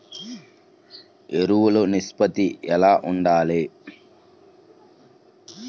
ఎరువులు నిష్పత్తి ఎలా ఉండాలి?